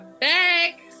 back